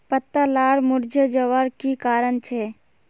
पत्ता लार मुरझे जवार की कारण छे?